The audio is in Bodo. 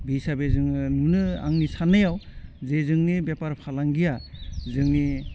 बि हिसाबै जोङो नुनो आंनि साननायाव जे जोंनि बेफार फालांगिया जोंनि